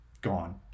gone